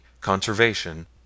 conservation